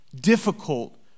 difficult